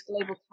global